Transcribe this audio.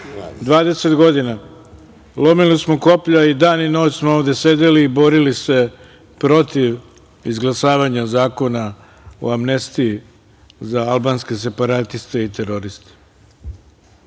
godina lomili smo koplja, i dan i noć smo ovde sedeli i borili se protiv izglasavanja Zakona o amnestiji za albanske separatiste i teroriste.